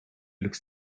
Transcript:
looked